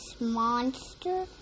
monster